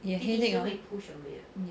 也 headache hor